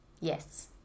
Yes